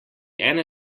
ena